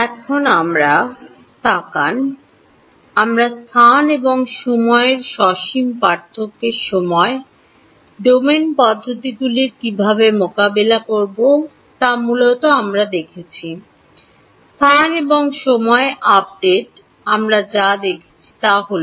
এখন এখন আমরা এদিকে তাকাই আমরা স্থান এবং সময় সসীম পার্থক্য সময় ডোমেন পদ্ধতিগুলি কীভাবে মোকাবেলা করব তা মূলত আমরা দেখেছি স্থান এবং সময় আপডেট আমরা যা দেখেছি তা হল